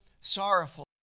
sorrowful